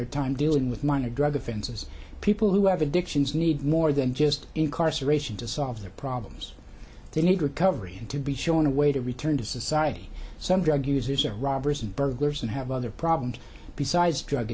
their time dealing with minor drug offenses people who have addictions need more than just incarceration to solve their problems they need recovery to be shown a way to return to society some drug users are robbers and burglars and have other problems besides drug